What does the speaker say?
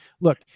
Look